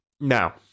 now